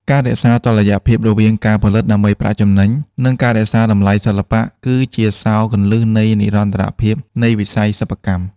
ការរក្សាតុល្យភាពរវាងការផលិតដើម្បីប្រាក់ចំណេញ និងការរក្សាតម្លៃសិល្បៈ គឺជាសោរគន្លឹះនៃនិរន្តរភាពនៃវិស័យសិប្បកម្ម។